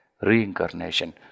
reincarnation